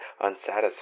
unsatisfied